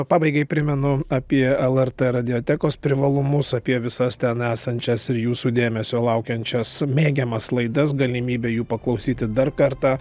pabaigai primenu apie lrt radiotekos privalumus apie visas ten esančias ir jūsų dėmesio laukiančias mėgiamas laidas galimybę jų paklausyti dar kartą